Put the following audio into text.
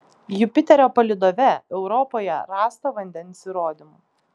jupiterio palydove europoje rasta vandens įrodymų